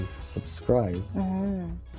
subscribe